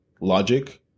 logic